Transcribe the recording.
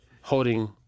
holding